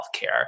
healthcare